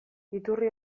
iturri